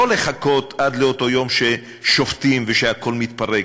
לא לחכות עד לאותו יום ששופטים ושהכול מתפרק,